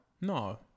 No